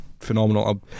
Phenomenal